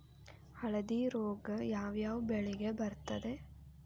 ಹಳದಿ ರೋಗ ಯಾವ ಯಾವ ಬೆಳೆಗೆ ಬರುತ್ತದೆ?